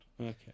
okay